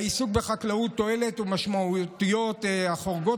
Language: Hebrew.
לעיסוק בחקלאות תועלת ומשמעויות החורגות